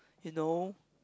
you know